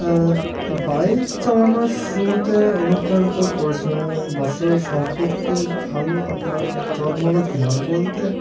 bike চালানোর শুরুতে অনুপ্রাণিত করেছিলাম এবং বসা সম্পর্কে ভালো আপনার জলমালো কী হবে বলতে